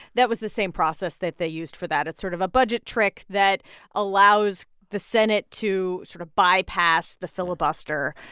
that was the same process that they used for that. it's sort of a budget trick that allows the senate to sort of bypass the filibuster.